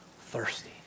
thirsty